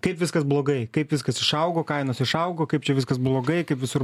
kaip viskas blogai kaip viskas išaugo kainos išaugo kaip čia viskas blogai kaip visur